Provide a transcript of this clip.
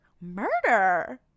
murder